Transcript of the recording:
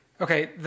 Okay